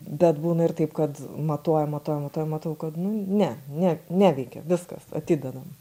bet būna ir taip kad matuoja matuoja matuoja matau kad nu ne ne neveikia viskas atidedam